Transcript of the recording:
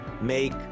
make